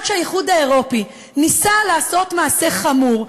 גם כשהאיחוד האירופי ניסה לעשות מעשה חמור,